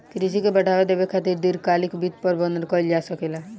कृषि के बढ़ावा देबे खातिर दीर्घकालिक वित्त प्रबंधन कइल जा सकेला